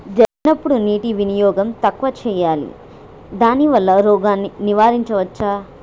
జరిగినప్పుడు నీటి వినియోగం తక్కువ చేయాలి దానివల్ల రోగాన్ని నివారించవచ్చా?